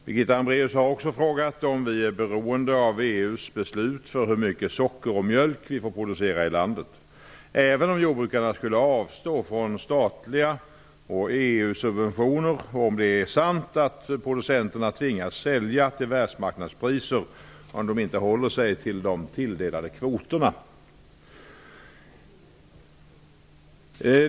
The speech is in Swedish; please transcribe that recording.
Birgitta Hambraeus har också frågat om vi är beroende av EU:s beslut för hur mycket socker och mjölk vi får producera i landet, även om jordbrukarna skulle avstå från statliga subventioner och EU subventioner, och om det är sant att producenterna tvingas sälja till världsmarknadspriser om de inte håller sig till de tilldelade kvoterna.